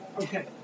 Okay